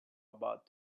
about